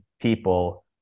people